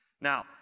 Now